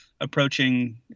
approaching